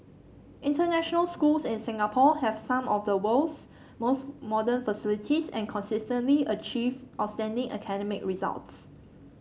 international schools in Singapore have some of the world's most modern facilities and consistently achieve outstanding academic results